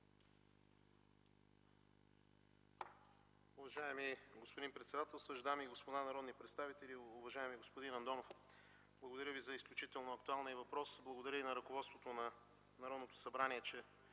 Уважаеми господин председателстващ, дами и господа народни представители! Уважаеми господин Андонов, благодаря Ви за изключително актуалния въпрос. Благодаря и на ръководството на Народното събрание, че